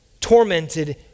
tormented